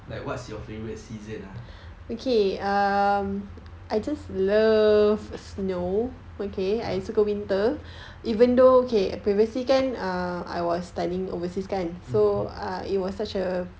like what's your favorite season ah mmhmm